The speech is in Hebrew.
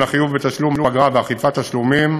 החיוב בתשלום אגרה ואכיפת תשלומים),